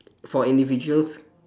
for individuals